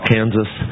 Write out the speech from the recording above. Kansas